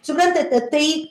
suprantate tai